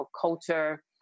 culture